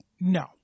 No